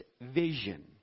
vision